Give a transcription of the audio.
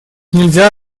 нельзя